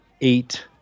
eight